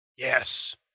Yes